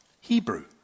Hebrew